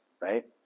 right